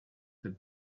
that